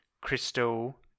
crystal